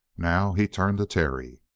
now he turned to terry.